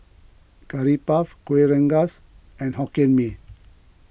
Curry Puff Kuih Rengas and Hokkien Mee